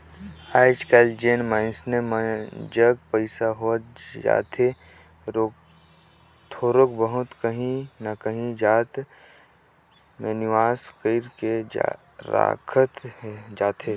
आएज काएल जेन मइनसे जग पइसा होत जाथे थोरोक बहुत काहीं ना काहीं जाएत में निवेस कइर के राखत जाथे